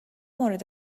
مورد